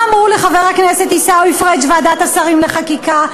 מה אמרה לחבר הכנסת עיסאווי פריג' ועדת השרים לחקיקה?